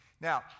Now